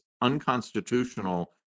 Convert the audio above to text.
unconstitutional